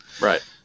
Right